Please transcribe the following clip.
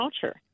culture